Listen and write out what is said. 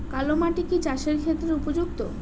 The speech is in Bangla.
কালো মাটি কি চাষের ক্ষেত্রে উপযুক্ত?